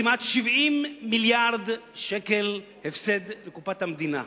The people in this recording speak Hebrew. כמעט 70 מיליארד הפסד לקופת המדינה.